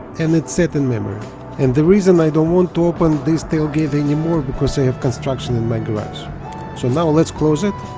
and it's set in memory and the reason i don't want to open this tailgate anymore because i have construction in my garage so now let's close it